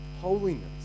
Holiness